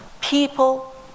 people